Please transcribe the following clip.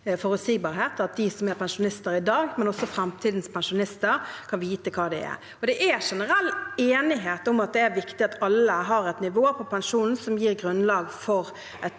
forutsigbarhet at både de som er pensjonister i dag, og framtidens pensjonister skal vite hva det er. Det er generell enighet om at det er viktig at alle har et nivå på pensjonen som gir grunnlag for en